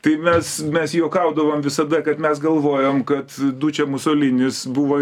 tai mes mes juokaudavom visada kad mes galvojom kad dučė musolinis buvo